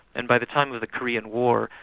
and by the time of the korean war,